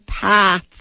path